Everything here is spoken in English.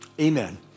Amen